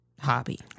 hobby